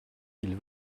ils